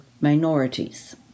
minorities